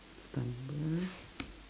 stumble